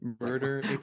murder